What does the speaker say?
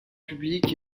publics